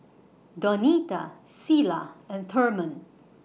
Donita Cilla and Thurman